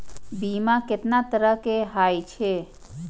बीमा केतना तरह के हाई छै?